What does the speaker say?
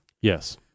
Yes